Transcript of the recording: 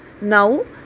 now